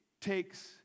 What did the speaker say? takes